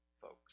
folks